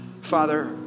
Father